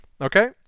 Okay